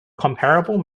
comparable